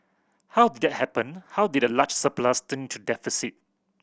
how did that happen how did a large surplus turnto deficit